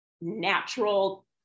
natural